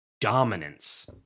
dominance